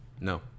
no